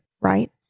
Right